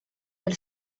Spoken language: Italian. del